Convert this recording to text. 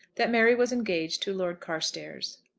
that mary was engaged to lord carstairs.